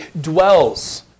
dwells